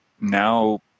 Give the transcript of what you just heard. now